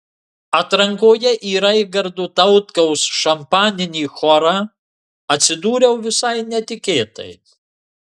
atrankoje į raigardo tautkaus šampaninį chorą atsidūriau visai netikėtai